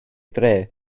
dre